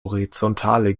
horizontale